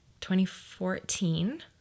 2014